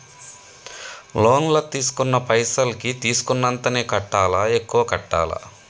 Loan లా తీస్కున్న పైసల్ కి తీస్కున్నంతనే కట్టాలా? ఎక్కువ కట్టాలా?